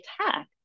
attack